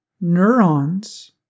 neurons